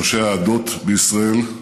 ראשי העדות בישראל,